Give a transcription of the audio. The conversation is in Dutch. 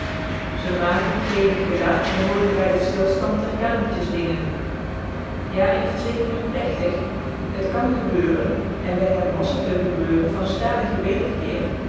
z'n mager gelig gelaat behoorde bij den stilstand der kamertjesdingen ja ik verzeker u plechtig het kan gebeuren en bij hem was het een gebeuren van sta weerkeer